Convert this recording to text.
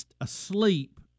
asleep